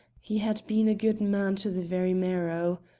he had been a good man to the very marrow.